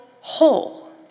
whole